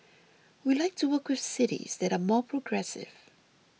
we like to work with cities that are more progressive